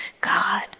God